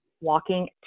walking